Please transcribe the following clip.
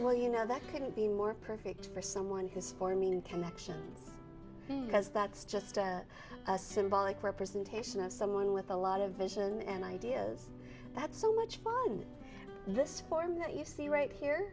well you know that couldn't be more perfect for someone who's for meaning connections because that's just a symbolic representation of someone with a lot of vision and ideas that's so much fun this form that you see right here